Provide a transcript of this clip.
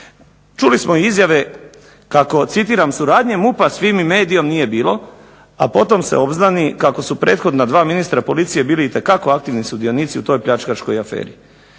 Čuli smo izjave kako "suradnje MUP-a s Fimi Mediom nije bilo" a potom se obznani kako su prethodna dva ministra policija bili itekako aktivni sudionici u toj pljačkaškoj aferi